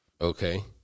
Okay